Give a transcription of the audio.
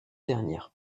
dernières